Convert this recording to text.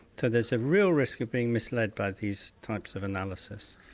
so there's a real risk of being mislead by these types of analyses.